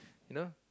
you know